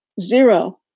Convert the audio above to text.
zero